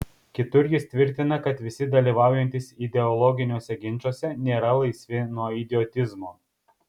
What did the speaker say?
kitur jis tvirtina kad visi dalyvaujantys ideologiniuose ginčuose nėra laisvi nuo idiotizmo